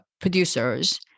producers